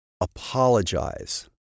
apologize